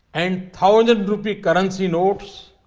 and thousand-rupee currency notes